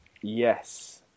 Yes